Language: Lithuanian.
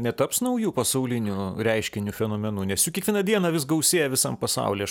netaps nauju pasauliniu reiškiniu fenomenu nes juk kiekvieną dieną vis gausėja visam pasauly aš